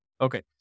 Okay